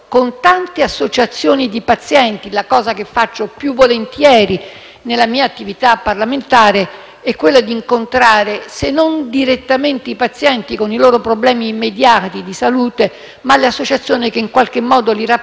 tante associazioni di pazienti. La cosa che faccio più volentieri nella mia attività parlamentare è incontrare, se non direttamente i pazienti con i loro problemi immediati di salute, le associazioni che li rappresentano,